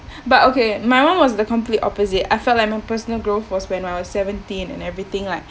but okay my one was the complete opposite I felt like my personal growth was when I was seventeen and everything like